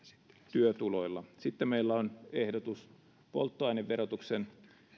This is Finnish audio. työtuloilla sitten meillä on ehdotus polttoaineverotuksen